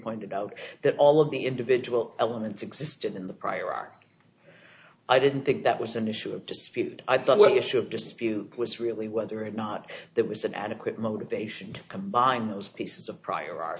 pointed out that all of the individual elements existed in the prior art i didn't think that was an issue of dispute i thought what you should dispute was really whether or not that was an adequate motivation to combine those pieces of prior